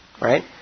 right